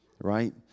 Right